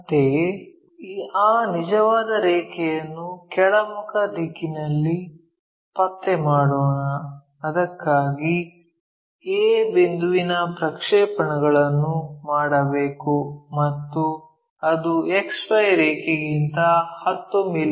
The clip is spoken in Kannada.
ಅಂತೆಯೇ ಆ ನಿಜವಾದ ರೇಖೆಯನ್ನು ಕೆಳಮುಖ ದಿಕ್ಕಿನಲ್ಲಿ ಪತ್ತೆ ಮಾಡೋಣ ಅದಕ್ಕಾಗಿ a ಬಿಂದುವಿನ ಪ್ರಕ್ಷೇಪಣಗಳನ್ನು ಮಾಡಬೇಕು ಮತ್ತು ಅದು XY ರೇಖೆಗಿಂತ 10 ಮಿ